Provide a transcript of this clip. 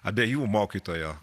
abiejų mokytojo